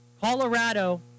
Colorado